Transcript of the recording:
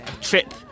trip